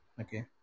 okay